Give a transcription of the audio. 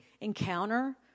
encounter